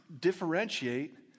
differentiate